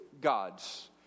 gods